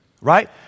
right